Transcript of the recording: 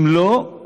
ואם לא,